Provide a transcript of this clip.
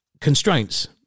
constraints